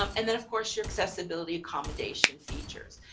um and then, of course, your accessibility accommodation features.